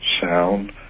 sound